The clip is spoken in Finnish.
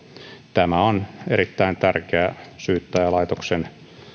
tämä on erittäin tärkeää syyttäjälaitoksen